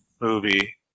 movie